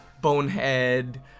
Bonehead